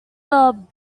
are